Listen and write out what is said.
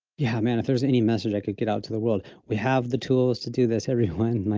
yeah, man, if there's any message, i could get out to the world, we have the tools to do this, everyone,